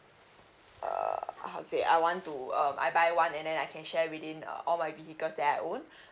uh how to say I want to um I buy one and then I can share within uh all my vehicles that I own